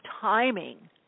timing